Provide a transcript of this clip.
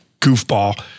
goofball